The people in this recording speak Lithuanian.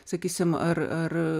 sakysime ar ar